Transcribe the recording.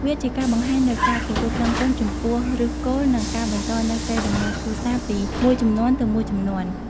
វាជាការបង្ហាញនូវការគោរពដឹងគុណចំពោះឫសគល់ និងការបន្តនូវកេរដំណែលគ្រួសារពីមួយជំនាន់ទៅមួយជំនាន់។